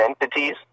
entities